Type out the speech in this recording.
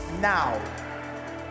now